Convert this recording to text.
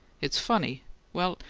it's funny well,